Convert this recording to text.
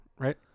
Right